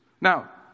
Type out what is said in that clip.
Now